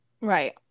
Right